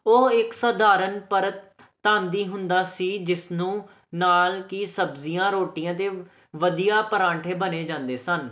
ਉਹ ਇੱਕ ਸਧਾਰਨ ਪਰ ਧਨ ਦੀ ਹੁੰਦਾ ਸੀ ਜਿਸ ਨੂੰ ਨਾਲ ਕਿ ਸਬਜ਼ੀਆਂ ਰੋਟੀਆਂ ਅਤੇ ਵਧੀਆ ਪਰਾਂਠੇ ਬਣਾਏ ਜਾਂਦੇ ਸਨ